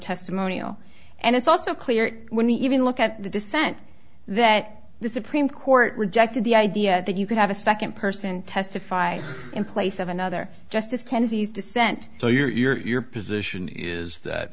testimonial and it's also clear when we even look at the dissent that the supreme court rejected the idea that you could have a second person testify in place of another justice kennedy's dissent so your position is that